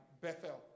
Bethel